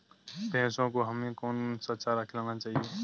भैंसों को हमें कौन सा चारा खिलाना चाहिए?